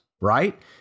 right